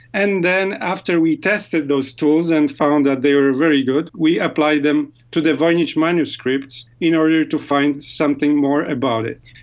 and then after we tested those tools and found that they were very good, we applied them to the voynich manuscripts in order to find something more about it.